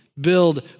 build